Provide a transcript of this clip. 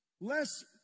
less